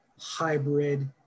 hybrid